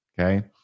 okay